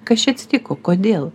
kas čia atsitiko kodėl